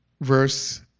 verse